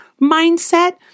mindset